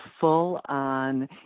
full-on